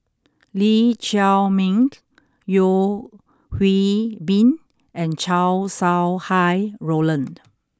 Lee Chiaw Meng Yeo Hwee Bin and Chow Sau Hai Roland